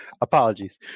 apologies